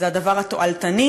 זה הדבר התועלתני,